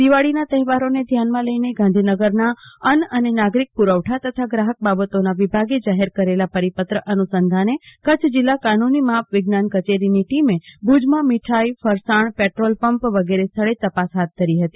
દિવાળીના તહેવારોને ધ્યાનમાં લઈને ગાંધીનગરના અન્ન અને નાગરિક પુરવઠા તથા ગ્રાહક બાબતોના વિભાગે જાહેર કરેલા પરિપત્રના અનુસંધાને કચ્છ જિલ્લા કાનુની માપ વિજ્ઞાન કચેરીની ટીમે ભુજમાં મીઠાઈ ફરસાણપેટ્રોલપંપ વગેરે સ્થળે તપાસ હાથ ધરી હતી